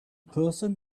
person